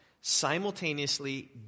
simultaneously